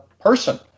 person